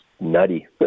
nutty